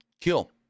Kill